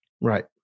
right